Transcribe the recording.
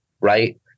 right